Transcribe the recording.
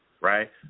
right